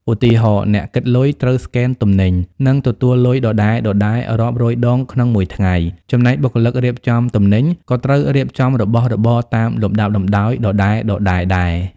ឧទាហរណ៍ អ្នកគិតលុយត្រូវស្កេនទំនិញ និងទទួលលុយដដែលៗរាប់រយដងក្នុងមួយថ្ងៃ ចំណែកបុគ្គលិករៀបចំទំនិញក៏ត្រូវរៀបចំរបស់របរតាមលំដាប់លំដោយដដែលៗដែរ។